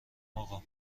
آقا